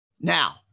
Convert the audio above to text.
Now